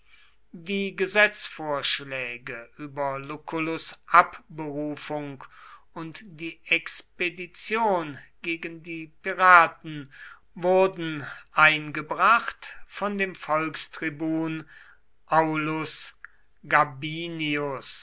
die gesetzvorschläge über lucullus abberufung und die expedition gegen die piraten wurden eingebracht von dem volkstribun aulus gabinius